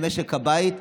במשק הבית,